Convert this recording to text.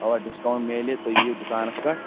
اَوا ڈِسکاؤنٛٹ میلہِ تُہۍ یِیِو دُکانس پیٚٹھ